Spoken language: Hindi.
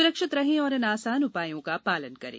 सुरक्षित रहें और इन आसान उपायों का पालन करें